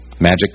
Magic